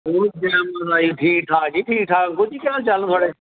ओह् जय माता दी जी ठीक ठाक जी ठीक ठाक ओह् जी केह् हाल चाल न थोआढ़े